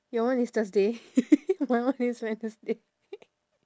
your one is thursday my one is wednesday